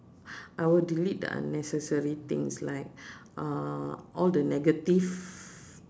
I would delete the unnecessary things like uh all the negative